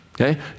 Okay